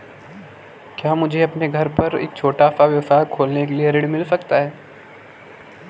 क्या मुझे अपने घर पर एक छोटा व्यवसाय खोलने के लिए ऋण मिल सकता है?